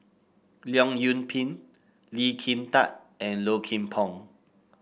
Leong Yoon Pin Lee Kin Tat and Low Kim Pong